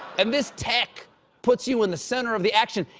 and this tech puts you in the center of the action.